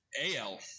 AL